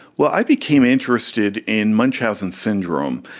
well, i became interested in munchausen syndrome,